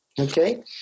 okay